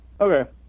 Okay